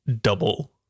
Double